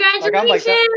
Congratulations